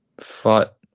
fought